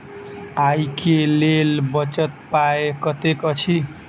आइ केँ लेल बचल पाय कतेक अछि?